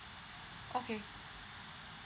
okay